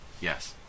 Yes